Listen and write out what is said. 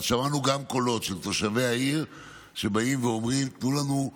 אבל שמענו גם קולות של תושבי העיר שבאים ואומרים: תנו לנו לבחור,